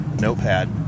notepad